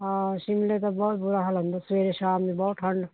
ਹਾਂ ਸ਼ਿਮਲੇ ਤਾਂ ਬਹੁਤ ਬੁਰਾ ਹਾਲ ਹੈ ਸਵੇਰੇ ਸ਼ਾਮ ਬਹੁਤ ਠੰਡ